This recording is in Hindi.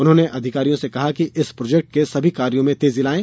उन्होंने अधिकारियों से कहा है कि इस प्रोजेक्ट के सभी कार्यो में तेजी लाएं